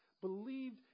believed